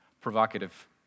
provocative